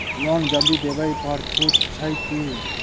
Loan जल्दी देबै पर छुटो छैक की?